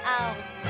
out